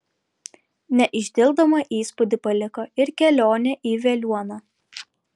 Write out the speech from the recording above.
neišdildomą įspūdį paliko ir kelionė į veliuoną